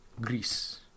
Greece